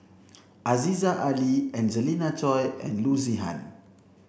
Aziza Ali Angelina Choy and Loo Zihan